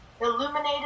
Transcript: illuminated